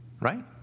right